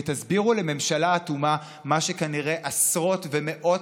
ותסבירו לממשלה אטומה מה שכנראה בעשרות ומאות